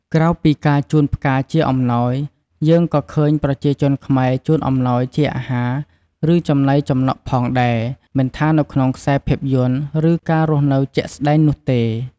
ក្រៅពីការជូនផ្កាជាអំណោយ យើងក៏ឃើញប្រជាជនខ្មែរ ជូនអំណោយជាអាហារ ឬចំណីចំនុកផងថា មិនថានៅក្នុងខ្សែភាពយន្ត ឬ ការរស់នៅជាក់ស្ដែងនោះទេ។